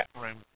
room